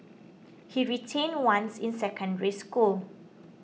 he retained once in Secondary School